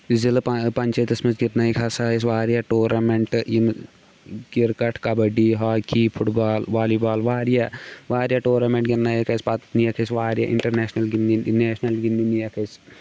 ضِلہٕ پَن پَنچٲیتَس منٛز گِنٛدنٲیِکھ ہَسا أسۍ واریاہ ٹورنامنٛٹ یِم cricket kabaddi hockey football volleyball واریاہ واریاہ ٹورنامنٛٹ گِنٛدنٲیِکھ أسۍ پَتہٕ نِیَکھ أسۍ واریاہ اِنٹَرنیشنَل گِنٛدنہِ نیشنَل گِنٛدنہِ نِیَکھ أسۍ